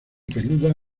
peluda